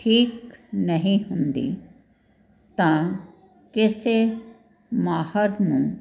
ਠੀਕ ਨਹੀਂ ਹੁੰਦੀ ਤਾਂ ਕਿਸੇ ਮਾਹਰ ਨੂੰ